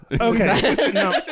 okay